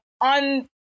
on